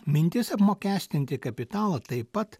mintis apmokestinti kapitalą taip pat